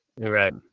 right